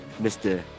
Mr